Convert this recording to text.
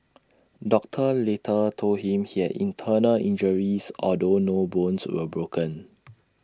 doctors later told him he had internal injuries although no bones were broken